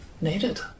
needed